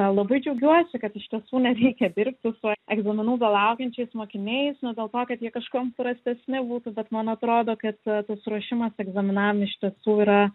labai džiaugiuosi kad iš tiesų nereikia dirbti su egzaminų belaukiančiais mokiniais ne dėl to kad jie kažkuom prastesni būtų bet man atrodo kad tas ruošimas egzaminam iš tiesų yra